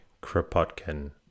Kropotkin